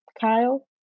Kyle